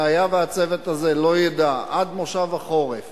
והיה והצוות הזה לא ידע עד מושב החורף